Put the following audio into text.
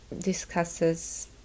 discusses